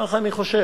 כך אני חושב.